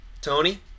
Tony